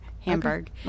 Hamburg